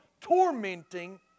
tormenting